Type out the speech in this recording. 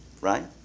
Right